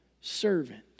servant